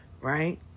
Right